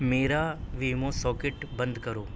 میرا Wemo socket بند کرو